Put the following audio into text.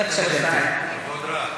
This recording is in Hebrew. בבקשה, גברתי.